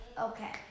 Okay